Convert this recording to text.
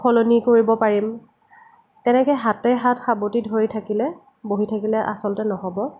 সলনি কৰিব পাৰিম তেনেকৈ হাতে হাত সাৱতি ধৰি থাকিলে বহি থাকিলে আচলতে নহ'ব